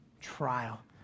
trial